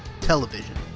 television